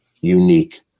unique